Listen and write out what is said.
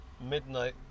midnight